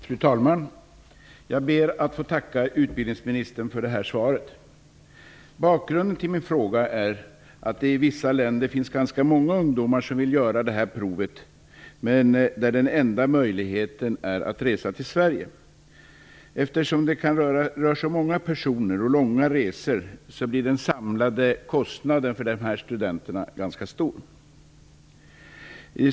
Fru talman! Jag ber att få tacka utbildningsministern för svaret. Bakgrunden till min fråga är att det i vissa länder finns många ungdomar som vill göra högskoleprovet, men den enda möjligheten är då att resa till Sverige. Eftersom det rör sig om många personer och långa resor blir den samlade kostnaden för dessa studenter ganska stor.